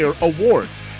awards